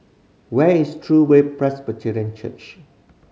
where is True Way Presbyterian Church